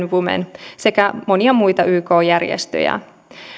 women sekä monia muita ykn järjestöjä